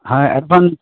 হ্যাঁ অ্যাডভান্স